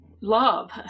love